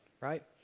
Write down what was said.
right